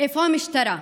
איפה המשטרה?